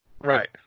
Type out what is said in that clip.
Right